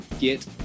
get